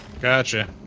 Gotcha